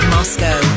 Moscow